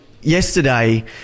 yesterday